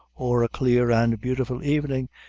or a clear and beautiful evening,